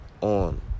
on